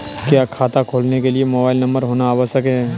क्या खाता खोलने के लिए मोबाइल नंबर होना आवश्यक है?